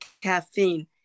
caffeine